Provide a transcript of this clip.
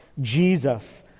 Jesus